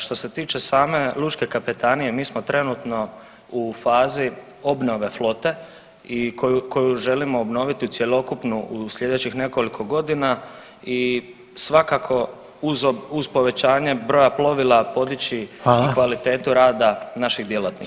Što se tiče same lučke kapetanije, mi smo trenutno u fazi obnovi flote i koju želimo obnoviti u cjelokupnu u slijedećih nekoliko godina i svakako uz povećanje broja plovila podići kvalitetu rada naših djelatnika.